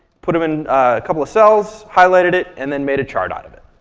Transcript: put them in a couple of cells, highlighted it, and then made a chart out of it.